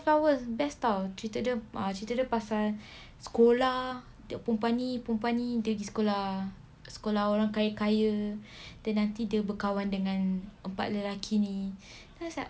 flowers best [tau] cerita dia ah cerita dia pasal sekolah perempuan ni perempuan ni dia pergi sekolah kat sekolah orang kaya-kaya then nanti dia berkawan empat lelaki ni then I was like